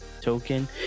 token